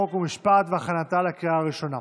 חוק ומשפט להכנתה לקריאה הראשונה.